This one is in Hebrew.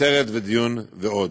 סרט ודיון ועוד,